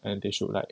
and they should like